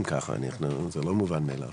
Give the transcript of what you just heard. זה לא מובן מאליו.